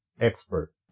expert